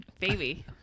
Baby